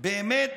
באמת,